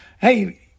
Hey